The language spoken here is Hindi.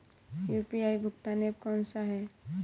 यू.पी.आई भुगतान ऐप कौन सा है?